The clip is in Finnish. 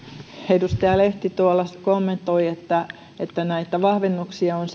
edustaja lehti tuolla kommentoi että että näitä vahvennuksia on